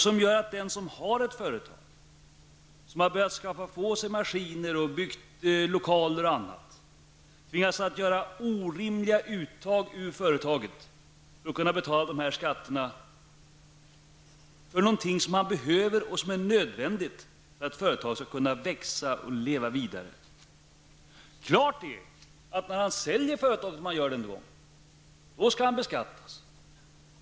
Det gör att den som har ett företag och börjat köpa på sig maskiner, och byggt lokaler m.m. tvingas göra orimliga uttag ur företaget för att kunna betala dessa skatter för någonting som han behöver och som är nödvändigt för att företaget skall kunna växa och leva vidare. Klart är att när han en gång säljer företaget skall han beskattas.